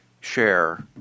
share